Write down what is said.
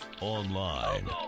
online